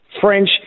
French